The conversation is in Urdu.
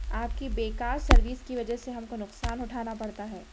آپ کی بیکار سروس کی وجہ سے ہم کو نقصان اٹھانا پڑتا ہے